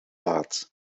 laat